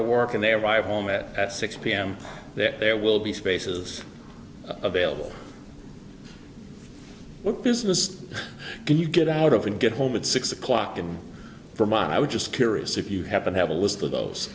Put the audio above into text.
to work and they arrive home at at six pm that there will be spaces available what business can you get out of and get home at six o'clock in vermont i was just curious if you happen to have a list of those